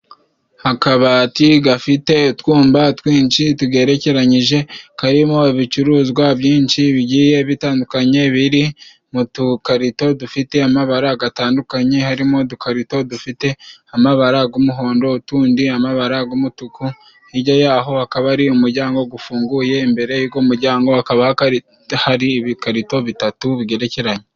Akabati gafite utwumba twinshi tugerekeranyije， karimo ibicuruzwa byinshi bigiye bitandukanye， biri mu dukarito dufite amabara gatandukanye， harimo udukarito dufite amabara g'umuhondo， utundi amabara g'umutuku， hirya yaho akaba ari umuryango gufunguye， imbere y’ugo muryango hakaba hari ibikarito bitatu bigerekeranye.